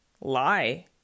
lie